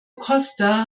costa